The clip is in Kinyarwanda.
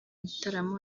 gitaramo